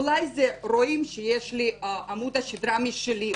אולי רואים שיש לי עמוד שדרה משלי,